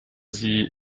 sie